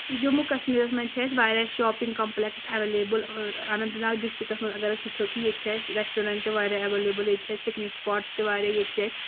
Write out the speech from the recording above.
جموں کَشمیٖرَس منٛز چھِ اَسہِ واریاہ shopping complexes available Anant Nag ڈِسٹِرٛکَس منٛز اَگر أسۍ وٕچھو کہِ ییٚتہِ چھِ اَسہِ رٮ۪سٹورٮ۪نٛٹ تہِ واریاہ اٮ۪وٮ۪لیبٕل ییٚتہِ چھِ اَسہِ پِکنِک سٕپاٹٕس تہِ واریاہ ییٚتہِ چھِ اَسہِ